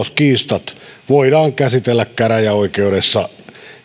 voidaan käsitellä käräjäoikeudessa